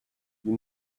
you